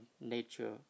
nature